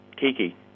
Kiki